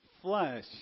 flesh